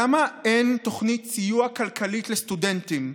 למה אין תוכנית סיוע כלכלית לסטודנטים?